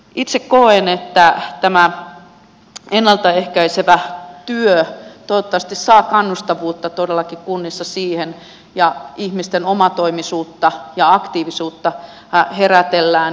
itse koen että toivottavasti kunnissa todellakin kannustetaan tähän ennalta ehkäisevään työhön ja ihmisten omatoimisuutta ja aktiivisuutta herätellään